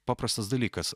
paprastas dalykas